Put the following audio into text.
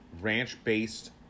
Ranch-based